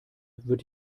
wird